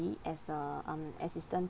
as a um assistant